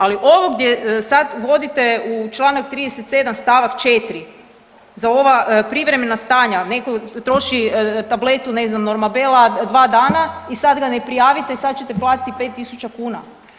Ali ovo gdje sad vodite u članak 37. stavak 4. za ova privremena stanja netko troši tabletu ne znam Normabela dva dana i sad ga ne prijavite i sad ćete platiti 5000 kuna.